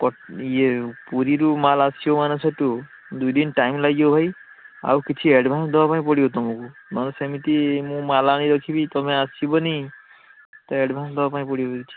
କ ଇଏ ପୁରୀରୁ ମାଲ ଆସିବ ମାନେ ସେଇଟୁ ଦୁଇଦିନ ଟାଇମ୍ ଲାଗିବ ଭାଇ ଆଉ କିଛି ଏଡ଼ଭାନ୍ସ ଦବା ପାଇଁ ପଡ଼ିବ ତମୁକୁ ନହେଲେ ସେମିତି ମୁଁ ମାଲ ଆଣିକି ରଖିବି ତମେ ଆସିବନି ତ ଏଡ଼ଭାନ୍ସ ଦବାପାଇଁ ପଡ଼ିବ କିଛି